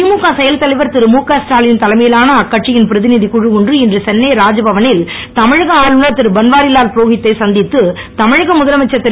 திமுக செயல்தலைவர் திருழுகஸ்டாலின் தலைமையிலான அக்கட்சியின் பிரதிநிதிக் குழு ஒன்று இன்று சென்னை ராஜபவ னில் தமிழக ஆளுனர் திருபன்வாரிலால் புரோகித் தைச் முதலமைச்சர் திரு